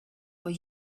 were